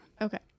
Okay